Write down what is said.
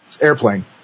Airplane